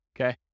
okay